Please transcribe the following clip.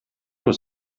was